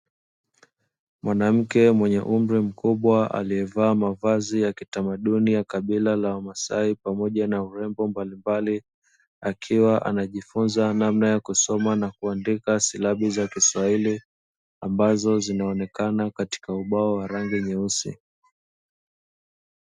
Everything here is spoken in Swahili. Mwanamke mwenye umri mkubwa aliyevaa mavazi ya kitamaduni ya kabila la wamasai pamoja na urembo mbalimbali. Akiwa anajifunza namna ya kusoma na kuandika silabi za kiswahili ambazo zinaonekana katika ubao wa rangi nyeusi.